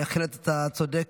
בהחלט, אתה צודק.